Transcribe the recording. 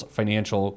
financial